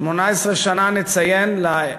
18 שנה נציין, להוותנו,